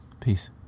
Peace